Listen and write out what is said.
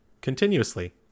continuously